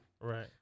Right